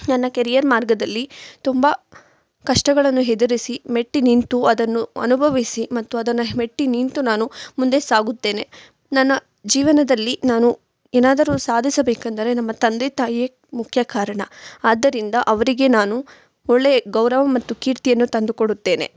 ನನ್ನ ಕೆರಿಯರ್ ಮಾರ್ಗದಲ್ಲಿ ತುಂಬ ಕಷ್ಟಗಳನ್ನು ಎದುರಿಸಿ ಮೆಟ್ಟಿ ನಿಂತು ಅದನ್ನು ಅನುಭವಿಸಿ ಮತ್ತು ಅದನ್ನು ಮೆಟ್ಟಿ ನಿಂತು ನಾನು ಮುಂದೆ ಸಾಗುತ್ತೇನೆ ನನ್ನ ಜೀವನದಲ್ಲಿ ನಾನು ಏನಾದರು ಸಾಧಿಸಬೇಕಂದರೆ ನಮ್ಮ ತಂದೆ ತಾಯಿಯೇ ಮುಖ್ಯ ಕಾರಣ ಆದ್ದರಿಂದ ಅವರಿಗೆ ನಾನು ಒಳ್ಳೆಯ ಗೌರವ ಮತ್ತು ಕೀರ್ತಿಯನ್ನು ತಂದು ಕೊಡುತ್ತೇನೆ